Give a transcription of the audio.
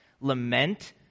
lament